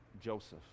Joseph